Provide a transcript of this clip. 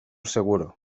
seguro